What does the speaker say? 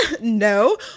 No